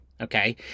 Okay